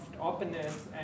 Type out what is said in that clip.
openness